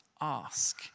ask